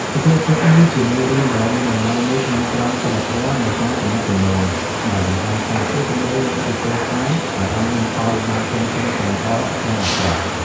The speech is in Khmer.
សុភាសិតនេះជាមេរៀនដ៏មានតម្លៃមួយក្នុងក្រមសីលធម៌នៃការទំនាក់ទំនង ដោយបង្ហាញថា ពាក្យសម្ដីមានឥទ្ធិពលខ្លាំង ហើយអាចមានផលវិបាកធំធេងទាំងល្អទាំងអាក្រក់។